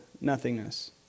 nothingness